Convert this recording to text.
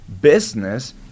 business